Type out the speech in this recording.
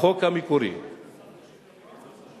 את החוק המקורי ומטרתו,